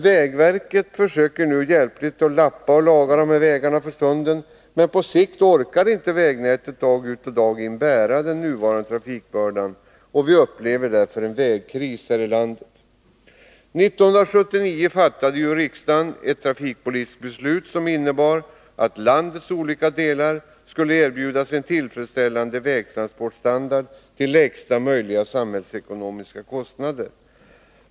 Vägverket försöker nu hjälpligt lappa och laga dessa vägar för stunden, men på sikt orkar inte vägnätet dag ut och dag in bära nuvarande trafikbörda. Vi upplever därför något av en vägkris i landet. 1979 fattade riksdagen ett trafikpolitiskt beslut, som innebar att landets olika delar skulle erbjudas en tillfredsställande vägtransportstandard till lägsta möjliga samhällsekonomiska kostnader.